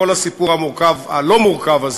כל הסיפור הלא-מורכב הזה,